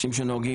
אנשים שנוהגים,